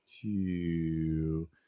two